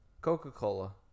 Coca-Cola